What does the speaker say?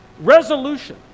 Resolution